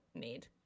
made